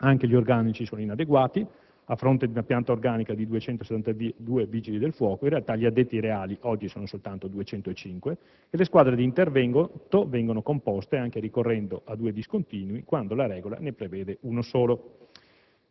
Anche gli organici sono inadeguati; a fronte di una pianta organica di 272 vigili del fuoco, in realtà gli addetti reali oggi sono soltanto 205 e le squadre di intervento vengono composte anche ricorrendo a due «discontinui», quando la regola ne prevede uno solo.